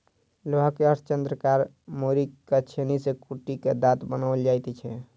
लोहा के अर्धचन्द्राकार मोड़ि क छेनी सॅ कुटि क दाँत बनाओल जाइत छै